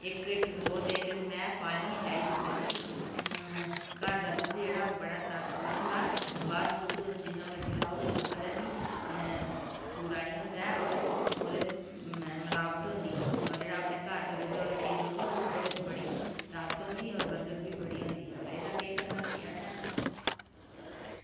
इक्क इक्क गौऽ ते इक्क इक्क मैंह् पालनी गै चाहिदी घऱ दा दुद्ध जेह्ड़ा ओह् बड़ा ताकतवर होंदा बाहर दा दुद्ध तुस जिन्ना मर्ज़ी लैओ ओह् कदें बी पूरा निं होंदा ऐ होर ओह्दे च मलावट होंदी होर जेह्ड़ा अपने घर दा किलो बी होग ओह्दे च बड़ी ताकत होंदी होर बरकत बी बड़ी होंदी होर एह्दा केह् करना असें